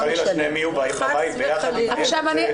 חס וחלילה שניהם יהיו בבית ביחד עם הילד.